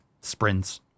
sprints